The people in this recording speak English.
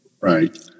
Right